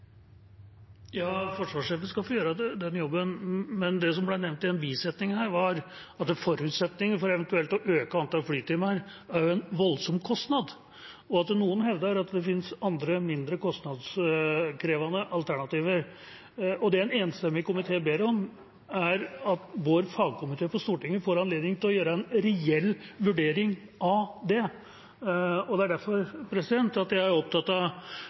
som ble nevnt i en bisetning her, var at forutsetningen for eventuelt å øke antallet flytimer er en voldsom kostnad, og at noen hevder at det finnes andre, mindre kostnadskrevende alternativer. Det en enstemmig komité ber om, er at vår fagkomité på Stortinget får anledning til å gjøre en reell vurdering av det. Det er derfor jeg er opptatt av